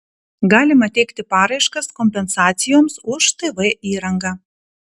galima teikti paraiškas kompensacijoms už tv įrangą